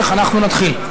נתחיל.